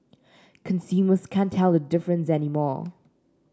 consumers can't tell the difference anymore